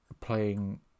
playing